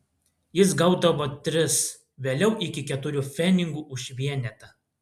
jis gaudavo tris vėliau iki keturių pfenigų už vienetą